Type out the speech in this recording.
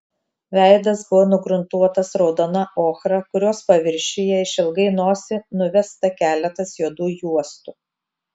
veidas buvo nugruntuotas raudona ochra kurios paviršiuje išilgai nosį nuvesta keletas juodų juostų